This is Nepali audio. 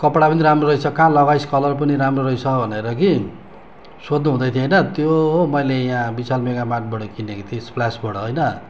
कपडा पनि राम्रो रहेछ कहाँ लगाइस् कलर पनि राम्रो रहेछ भनेर कि सोध्नुहुँदै थियो होइन त्यो मैले यहाँ विशाल मेघा मार्टबाट किनेको थिएँ स्प्लासबाट होइन